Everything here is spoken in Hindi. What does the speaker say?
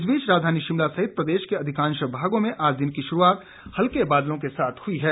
इस बीच राजधानी शिमला सहित प्रदेश के अधिकांश भागों में आज दिन की शुरूआत हल्के बादलों के साथ हुई है